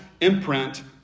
imprint